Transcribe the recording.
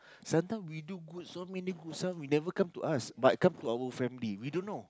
sometime we do good so many good ah will never come to us but come to our family we don't know